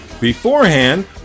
Beforehand